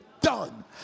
done